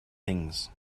things